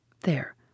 There